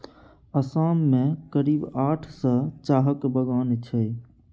असम मे करीब आठ सय चाहक बगान छै